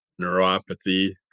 neuropathy